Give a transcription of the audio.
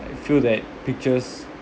I feel that pictures